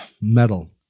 Metal